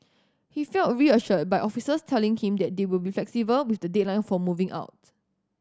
he felt reassured by officers telling him that they will be flexible with the deadline for moving out